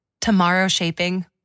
tomorrow-shaping